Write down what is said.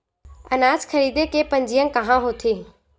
अनाज खरीदे के पंजीयन कहां होथे?